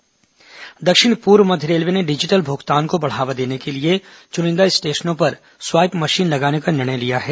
railway swipe machine दक्षिण पूर्व मध्य रेलवे ने डिजिटल भुगतान को बढ़ावा देने के लिए चुनिंदा स्टेशनों में स्वाइप मशीन लगाने का निर्णय लिया है